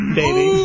baby